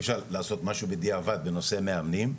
אי אפשר לעשות משהו בדיעבד בנושא מאמנים,